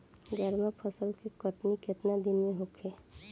गर्मा फसल के कटनी केतना दिन में होखे?